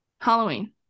Halloween